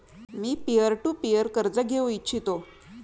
me peer to peer कर्ज घेऊ इच्छितो